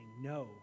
no